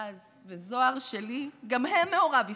רז וזהר שלי גם הם מעורב ישראלי,